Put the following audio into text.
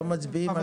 היום מצביעים.